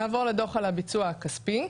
נעבור לדו"ח על הביצוע הכספי,